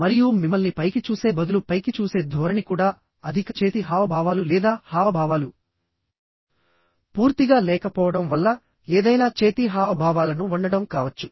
మరియు మిమ్మల్ని పైకి చూసే బదులు పైకి చూసే ధోరణి కూడా అధిక చేతి హావభావాలు లేదా హావభావాలు పూర్తిగా లేకపోవడం వల్ల ఏదైనా చేతి హావభావాలను వండడం కావచ్చు